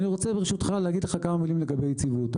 אני רוצה ברשותך להגיד לך כמה מילים לגבי יציבות.